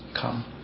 come